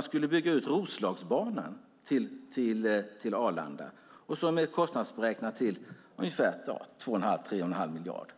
om att bygga ut Roslagsbanan till Arlanda, vilket är kostnadsberäknat till 2 1⁄2-3 1⁄2 miljard.